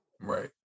Right